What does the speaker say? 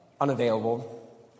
unavailable